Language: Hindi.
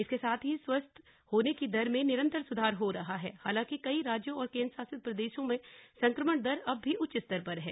इसके साथ ही स्वस्थ होने की दर में निरन्तर सुधार हो रहा है हालांकि कई राज्यों और केन्द्रशासित प्रदेशों में संक्रमण दर अब भी उच्च स्तर पर है